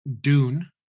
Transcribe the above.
dune